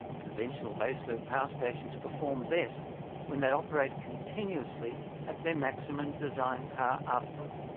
conventional base-load power stations perform best when they operate continuously at their maximum design power output,